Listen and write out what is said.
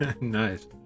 Nice